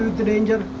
the and